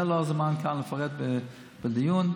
זה לא הזמן לפרט כאן, בדיון.